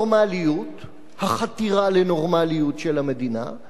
החתירה לנורמליות של המדינה, מדינה ככל המדינות,